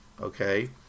Okay